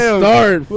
start